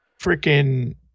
freaking